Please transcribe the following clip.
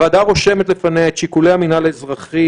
הוועדה רושמת לפניה את שיקולי המינהל האזרחי